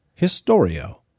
historio